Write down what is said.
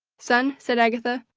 son, said agatha,